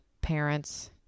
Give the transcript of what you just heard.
parents